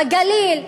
בגליל,